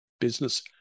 Business